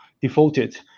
defaulted